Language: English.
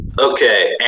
Okay